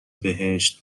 بهشت